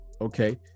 okay